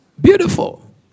Beautiful